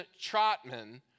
Trotman